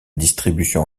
distribution